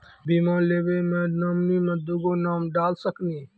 बीमा लेवे मे नॉमिनी मे दुगो नाम डाल सकनी?